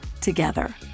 together